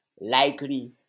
likely